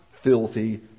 filthy